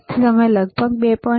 તેથી તમે લગભગ 2